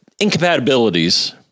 incompatibilities